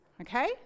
okay